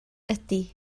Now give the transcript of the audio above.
ydy